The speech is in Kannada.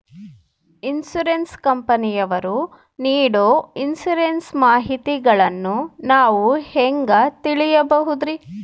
ಇನ್ಸೂರೆನ್ಸ್ ಕಂಪನಿಯವರು ನೇಡೊ ಇನ್ಸುರೆನ್ಸ್ ಮಾಹಿತಿಗಳನ್ನು ನಾವು ಹೆಂಗ ತಿಳಿಬಹುದ್ರಿ?